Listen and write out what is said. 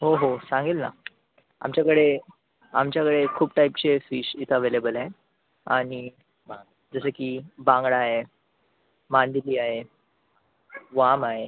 हो हो सांगेल ना आमच्याकडे आमच्याकडे खूप टाईपचे फिश इथं अवेलेबल आहे आणि जसे की बांगडा आहे मांदेली आहे वाम आहे